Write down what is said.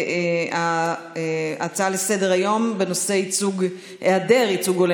ההצעה לסדר-היום בנושא היעדר ייצוג הולם